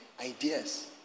ideas